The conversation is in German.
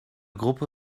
gruppe